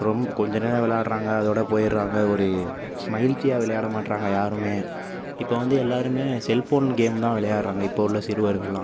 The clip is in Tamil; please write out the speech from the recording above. ரொம் கொஞ்சம் நேரம் விளையாடுறாங்க அதோட போய்டறாங்க ஒரு மகிழ்ச்சியா விளையாட மாட்டேறாங்க யாருமே இப்போது வந்து எல்லாருமே செல்ஃபோன் கேம் தான் விளையாடுறாங்க இப்போது உள்ள சிறுவர்களெலாம்